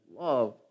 love